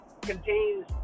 contains